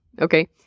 Okay